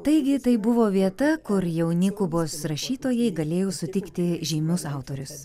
taigi tai buvo vieta kur jauni kubos rašytojai galėjo sutikti žymius autorius